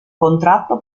contratto